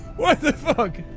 what the fuck?